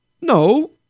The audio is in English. no